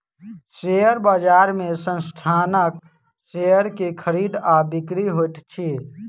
share बजार में संस्थानक शेयर के खरीद आ बिक्री होइत अछि